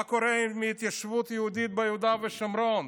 מה קורה עם ההתיישבות היהודית ביהודה ושומרון?